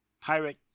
pirate